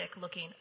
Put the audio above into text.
looking